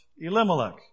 Elimelech